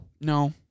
No